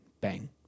bang